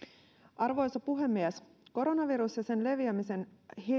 arvoisa puhemies koronavirus ja sen leviämisen